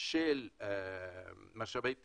של משאבי טבע,